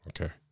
Okay